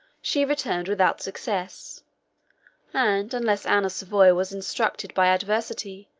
she returned without success and unless anne of savoy was instructed by adversity,